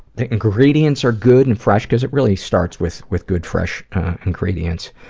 the ingredients are good and fresh, because it really starts with with good, fresh ingredients.